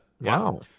Wow